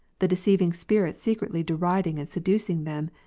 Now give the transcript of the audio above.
the deceiving spirits secretly deriding and seducing them,